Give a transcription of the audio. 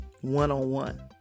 one-on-one